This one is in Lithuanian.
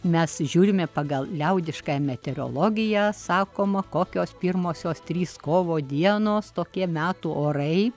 mes žiūrime pagal liaudišką meteorologiją sakoma kokios pirmosios trys kovo dienos tokie metų orai